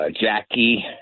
Jackie